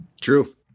True